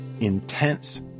intense